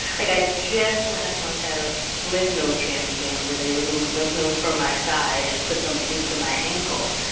like i just last month had a lymph node transplant where they removed lymph nodes from my side and put them into my ankle.